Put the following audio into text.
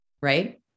Right